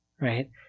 Right